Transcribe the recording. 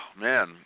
man